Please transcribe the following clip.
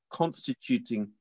constituting